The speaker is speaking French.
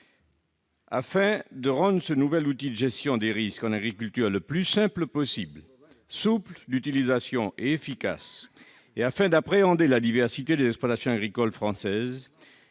Afin de rendre ce nouvel outil de gestion des risques en agriculture le plus simple possible, souple d'utilisation et efficace, et d'appréhender la diversité des exploitations agricoles françaises,